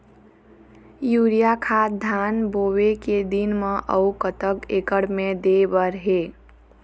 Urea खाद धान बोवे के दिन म अऊ कतक एकड़ मे दे बर हे?